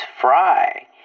fry